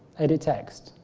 edit text,